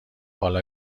حالا